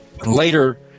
later